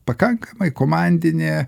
pakankamai komandinė